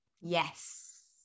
yes